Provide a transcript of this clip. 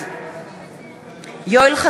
יודעים, היום,